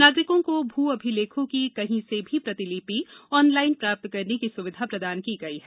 नागरिकों को भ अभिलेखों की कहीं से भी प्रतिलिपि ऑनलाइन प्राप्त करने की सुविधा प्रदान की गई हैं